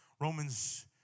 Romans